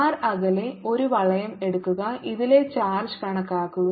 r അകലെ ഒരു വളയം എടുക്കുക ഇതിലെ ചാർജ് കണക്കാക്കുക